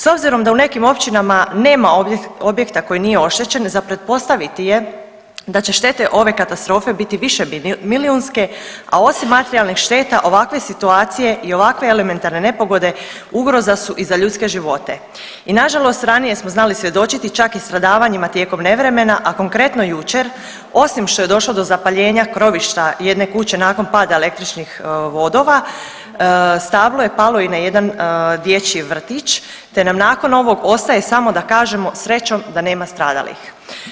S obzirom da u nekim općinama nema objekta koji nije oštećen, za pretpostaviti je da će štete ove katastrofe biti višemilijunske, a osim materijalnih šteta ovakve situacije i ovakve elementarne nepogode ugroza su i za ljudske živote i nažalost, ranije smo znali svjedočiti čak i stradavanjima tijekom nevremena, a konkretno jučer, osim što je došlo do zapaljenja krovišta jedne kuće nakon pada električnih vodova, stablo je palo i na jedan dječji vrtić te nam nakon ovog ostaje samo da kažemo, srećom da nema stradalih.